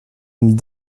l’aime